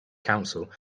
council